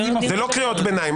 זה לא קריאות ביניים.